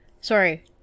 sorry